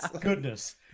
goodness